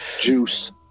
juice